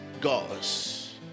God's